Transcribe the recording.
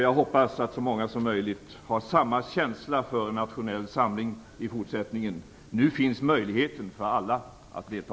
Jag hoppas att så många som möjligt har samma känsla för nationell samling i fortsättningen. Nu finns möjligheten för alla att delta.